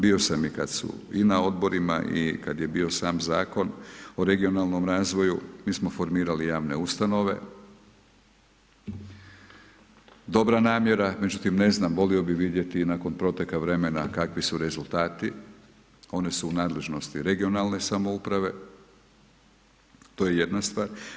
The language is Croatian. Bio sam i kad su, i na Odborima, i kad je bio sam Zakon o regionalnom razvoju, mi smo formirali javne ustanove, dobra namjera, međutim ne znam, volio bi vidjeti i nakon proteka vremena kakvi su rezultati, oni su u nadležnosti regionalne samouprave, to je jedna stvar.